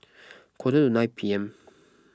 quarter to nine P M